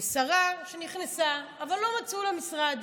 לשרה שנכנסה אבל לא מצאו לה משרד.